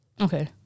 Okay